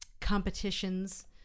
competitions